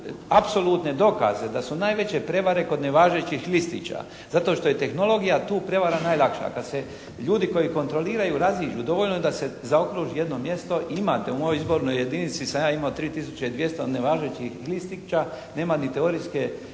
apsolutne dokaze da su najveće prevare kod nevažećih listića. Zato što je tehnologija tu prevara najlakša. Kad se ljudi koji kontroliraju raziđu dovoljno da se zaokruži jedno mjesto. Imate u mojoj izbornoj jedinici sam ja ima 3 tisuće i 200 nevažećih listića. Nema ni teorijske